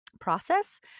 process